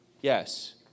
Yes